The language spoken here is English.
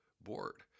board